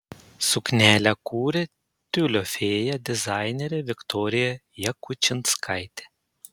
suknelę kūrė tiulio fėja dizainerė viktorija jakučinskaitė